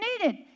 needed